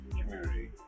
community